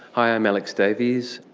i'm alex davies,